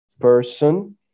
person